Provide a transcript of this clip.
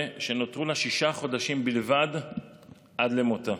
שנותרו לה שישה חודשים בלבד עד למותה.